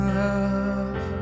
love